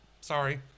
Sorry